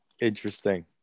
Interesting